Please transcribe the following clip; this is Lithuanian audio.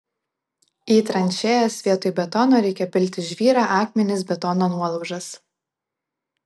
į tranšėjas vietoj betono reikia pilti žvyrą akmenis betono nuolaužas